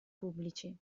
pubblici